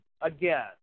again